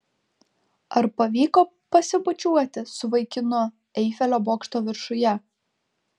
ar pavyko pasibučiuoti su vaikinu eifelio bokšto viršuje